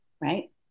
Right